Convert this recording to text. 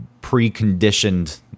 preconditioned